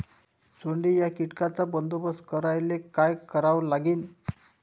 सोंडे या कीटकांचा बंदोबस्त करायले का करावं लागीन?